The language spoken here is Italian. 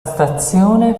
stazione